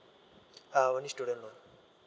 uh only student loan